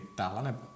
tällainen